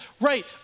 right